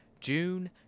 June